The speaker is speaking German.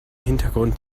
hintergrund